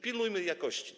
Pilnujmy jakości.